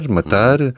matar